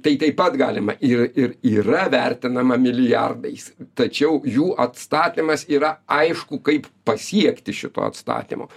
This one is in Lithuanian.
tai taip pat galima ir ir yra vertinama milijardais tačiau jų atstatymas yra aišku kaip pasiekti šito atstatymo